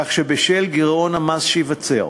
כך שבשל גירעון המס שייווצר